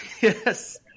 Yes